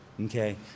Okay